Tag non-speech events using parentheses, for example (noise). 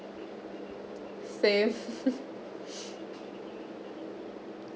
same (laughs)